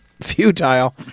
futile